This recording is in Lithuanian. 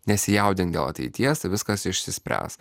nesijaudinti dėl ateities viskas išsispręs